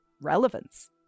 relevance